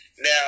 Now